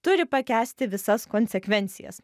turi pakęsti visas konsekvencijas